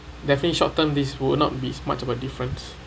definitely short term this will not be much of a difference